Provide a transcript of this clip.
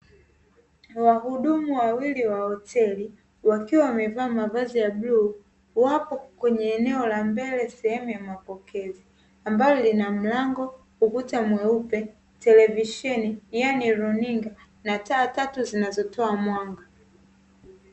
Wahudumu wawili wa hoteli wakiwa wamevaa mavazi ya bluu, wapo kwenye eneo la mbele sehemu ya mapokezi, ambayo lina mlango ukuta mweupe, televisheni yaani runinga na taa tatu zinazotoa mwanga.